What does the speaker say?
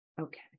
Okay